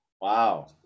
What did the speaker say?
Wow